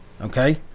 Okay